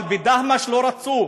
אבל בדהמש לא רצו,